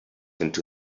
into